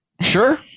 Sure